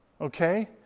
okay